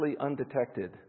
undetected